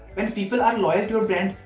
when people are loyal to your brand,